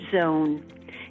Zone